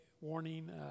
warning